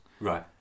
Right